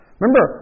Remember